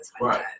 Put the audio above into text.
Right